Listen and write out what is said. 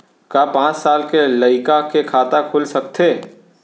का पाँच साल के लइका के खाता खुल सकथे?